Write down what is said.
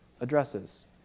addresses